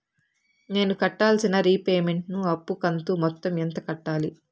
నేను కట్టాల్సిన రీపేమెంట్ ను అప్పు కంతు మొత్తం ఎంత కట్టాలి?